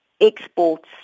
exports